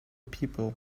people